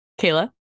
Kayla